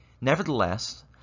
Nevertheless